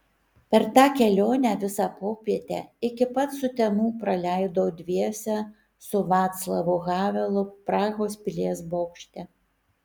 per tą kelionę visą popietę iki pat sutemų praleidau dviese su vaclavu havelu prahos pilies bokšte